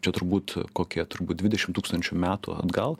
čia turbūt kokie turbūt dvidešim tūkstančių metų atgal